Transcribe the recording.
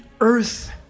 earth